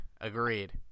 Agreed